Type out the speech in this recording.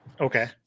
Okay